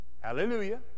Hallelujah